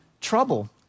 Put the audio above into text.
trouble